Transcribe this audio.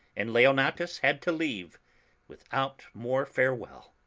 and leonatus had to leave without more farewell.